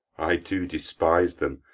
i do despise them,